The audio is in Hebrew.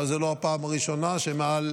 אבל זו לא הפעם הראשונה שמעל